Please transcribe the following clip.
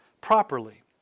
properly